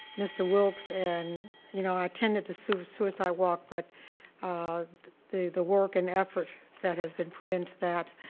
mr. wilks, and you know i attended the sort of suicide walk, but um the the work and the effort that has been put into that.